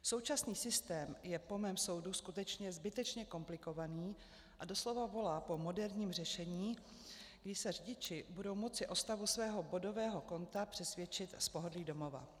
Současný systém je po mém soudu skutečně komplikovaný a doslova volá po moderním řešení, kdy se řidiči budou moci o stavu svého bodového konta přesvědčit z pohodlí domova.